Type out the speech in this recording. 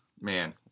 man